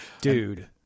Dude